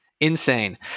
insane